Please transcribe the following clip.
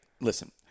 Listen